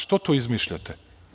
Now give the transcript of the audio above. Što to izmišljate?